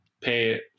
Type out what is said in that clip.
pay